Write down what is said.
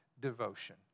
devotion